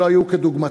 שלא היו כדוגמתן,